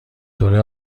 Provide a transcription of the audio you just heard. دوره